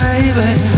Baby